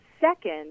Second